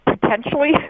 Potentially